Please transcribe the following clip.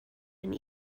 and